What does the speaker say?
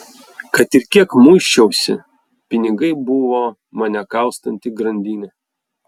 kad ir kiek muisčiausi pinigai buvo mane kaustanti grandinė